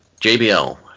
JBL